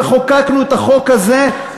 וחוקקנו את החוק הזה.